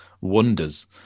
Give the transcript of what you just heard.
wonders